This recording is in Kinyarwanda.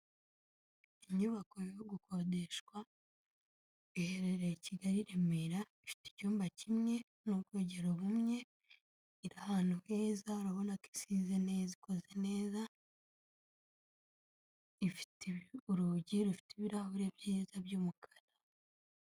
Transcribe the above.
Inyubako yo gukodeshwa iherereye Kigali i Remera ifite icyumba kimwe n'ubwogero bumwe, iri ahantu heza, urabona isize neza ikoze neza, ifite urugi rufite ibirahure byiza by'umukara.